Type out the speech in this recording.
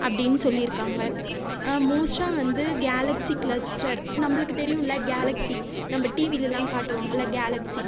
அப்படின்னு சொல்லி இருக்காங்க மோஸ்டாக வந்து கேலக்ஸி கிளஸ்டர் நம்மளுக்கு தெரியும்ல்லை கேலக்ஸி நம்ப டிவியில் எல்லாம் காட்டுவார்கள்ள கேலக்ஸி